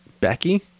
Becky